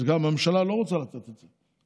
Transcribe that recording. והממשלה לא רוצה לתת את זה,